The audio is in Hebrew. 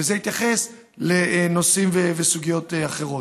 וזה יתייחס לנושאים ולסוגיות אחרות.